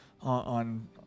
on